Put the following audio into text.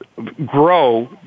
grow